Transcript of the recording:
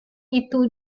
itu